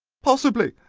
possibly.